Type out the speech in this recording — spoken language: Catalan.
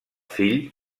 fill